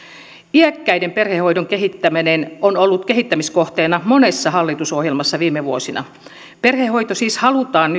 iäkkäiden perhehoidon kehittäminen on ollut kehittämiskohteena monessa hallitusohjelmassa viime vuosina perhehoito siis halutaan